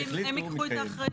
אז שהם יקחו את האחריות.